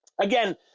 again